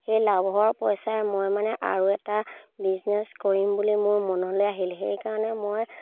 সেই লাভৰ পইচাই মই মানে আৰু এটা বিজনেছ কৰিম বুলি মোৰ মনলৈ আহিল সেইকাৰণে মই